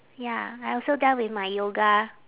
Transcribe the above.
ya I also done with my yoga